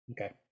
Okay